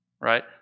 right